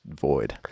void